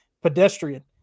pedestrian